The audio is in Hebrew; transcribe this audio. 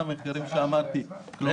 לא